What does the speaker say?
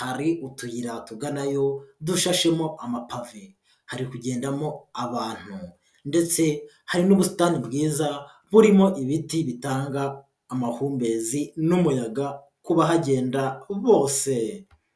Hari utuyira tuganayo dushashemo amapave. Hari kugendamo abantu ndetse hari n'ubusitani bwiza burimo ibiti bitanga amahumbezi n'umuyaga ku bahagenda bose.